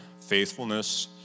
faithfulness